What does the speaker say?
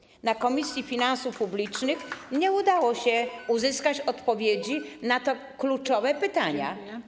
Na posiedzeniu Komisji Finansów Publicznych nie udało się uzyskać odpowiedzi na te kluczowe pytania.